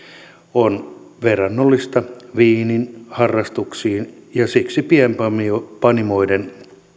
on verrannollista viiniharrastukseen ja siksi pienpanimoiden